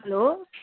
hello